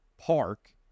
park